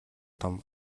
том